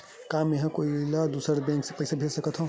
का मेंहा कोई ला दूसर बैंक से पैसा भेज सकथव?